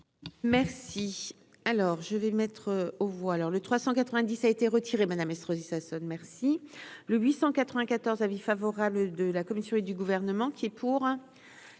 Merci. Alors, je vais mettre aux voix, alors le 390 a été retiré, madame Estrosi Sassone merci le 894 avis favorable de la commission et du gouvernement qui est pour,